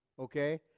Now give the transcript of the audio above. okay